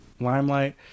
limelight